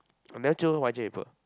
I never jio Y_J people